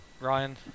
Ryan